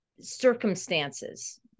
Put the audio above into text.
circumstances